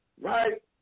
right